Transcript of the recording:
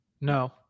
No